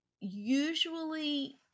usually